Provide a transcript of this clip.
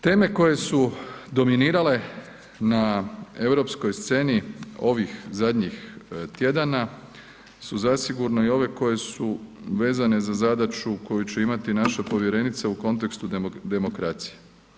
Teme koje su dominirale na europskoj sceni ovih zadnjih tjedana su zasigurno i ove koje su vezane za zadaću koju će imati naša povjerenica u kontekstu demokracije.